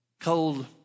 cold